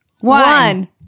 one